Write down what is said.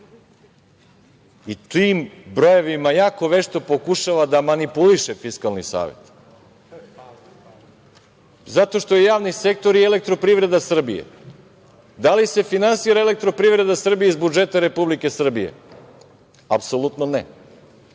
Tim brojevima jako vešto pokušava da manipuliše Fiskalni savet, zato što je javni sektor i Elektroprivreda Srbije, da li se finansira EPS iz budžeta Republike Srbije? Apsolutno, ne. Da